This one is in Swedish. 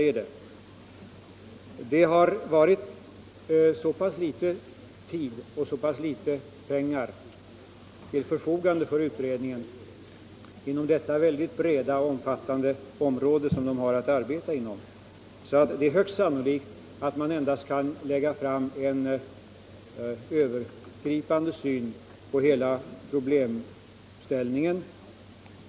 Utredningen har haft så pass kort tid och så pass litet pengar till sitt förfogande för arbetet inom detta väldigt omfattande område att det är högst sannolikt att den endast kan lägga fram en övergripande syn på problemen.